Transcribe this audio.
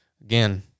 Again